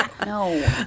No